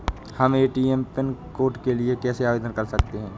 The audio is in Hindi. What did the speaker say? हम ए.टी.एम पिन कोड के लिए कैसे आवेदन कर सकते हैं?